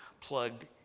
plugged